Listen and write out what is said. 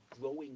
growing